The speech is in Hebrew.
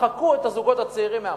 מחקו את הזוגות הצעירים מהמפה.